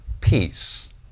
peace